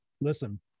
listen